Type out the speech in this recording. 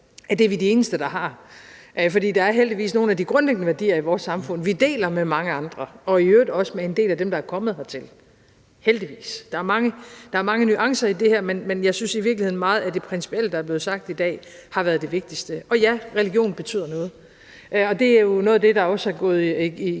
Danmark, er vi de eneste der har. Der er heldigvis nogle af de grundlæggende værdier i vores samfund, vi deler med mange andre, og i øvrigt også med en del af dem, der er kommet hertil – heldigvis. Der er mange nuancer i det her, men jeg synes i virkeligheden, at meget af det principielle, der er blevet sagt i dag, har været det vigtigste. Og ja, religion betyder noget, og det er jo noget af det, der også er gået